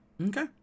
Okay